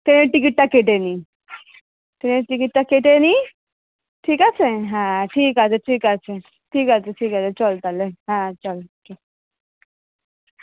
ট্রেনের টিকিটটা কেটে নিই ট্রেনের টিকিটটা কেটে নিই ঠিক আছে হ্যাঁ ঠিক আছে ঠিক আছে ঠিক আছে ঠিক আছে চল তাহলে হ্যাঁ চল ঠিক